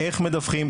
איך מדווחים,